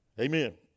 Amen